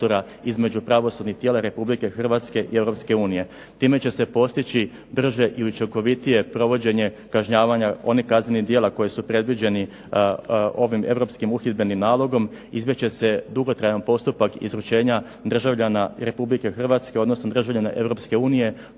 Hrvatske i u